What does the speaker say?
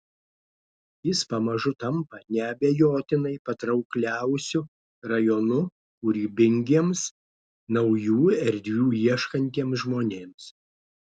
jis pamažu tampa neabejotinai patraukliausiu rajonu kūrybingiems naujų erdvių ieškantiems žmonėms